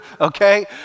okay